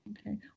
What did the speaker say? Okay